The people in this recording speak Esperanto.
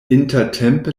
intertempe